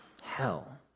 Hell